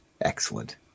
Excellent